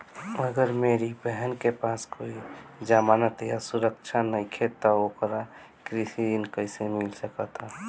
अगर मेरी बहन के पास कोई जमानत या सुरक्षा नईखे त ओकरा कृषि ऋण कईसे मिल सकता?